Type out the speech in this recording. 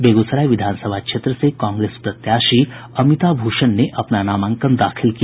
बेगूसराय विधानसभा क्षेत्र से कांग्रेस प्रत्याशी अनीता भूषण ने अपना नामांकन दाखिल किया